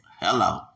Hello